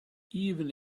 even